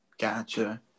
Gotcha